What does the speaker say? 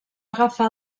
agafar